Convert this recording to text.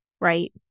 right